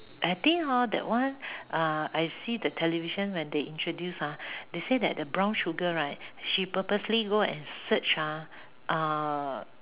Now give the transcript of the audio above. I think hor that one uh I see the television when they introduce ah they say that the brown sugar right she purposely go and search ah